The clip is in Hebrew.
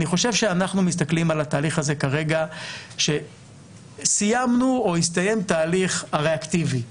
אני חושב שאנחנו מסתכלים על התהליך הזה כרגע שהסתיים כתהליך הריאקטיבי.